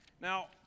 now